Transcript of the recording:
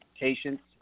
patients